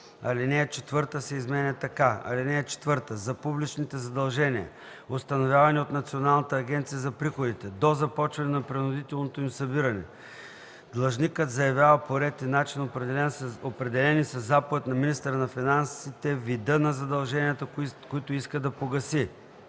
Алинея 4 се изменя така: „(4) За публичните задължения, установявани от Националната агенция за приходите, до започване на принудителното им събиране, длъжникът заявява по ред и начин, определени със заповед на министъра на финансите, вида на задълженията, които иска да погаси: